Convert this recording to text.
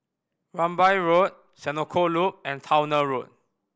Rambai Road Senoko Loop and Towner Road